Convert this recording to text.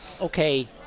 okay